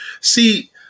See